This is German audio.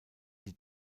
die